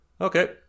Okay